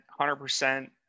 100%